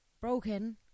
broken